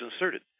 inserted